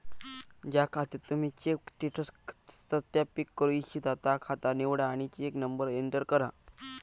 ज्या खात्याक तुम्ही चेक स्टेटस सत्यापित करू इच्छिता ता खाता निवडा आणि चेक नंबर एंटर करा